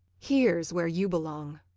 here's where you belong.